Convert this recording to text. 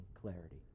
clarity